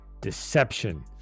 deception